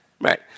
right